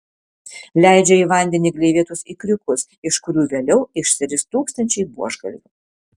leidžia į vandenį gleivėtus ikriukus iš kurių vėliau išsiris tūkstančiai buožgalvių